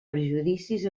perjudicis